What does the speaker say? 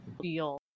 feel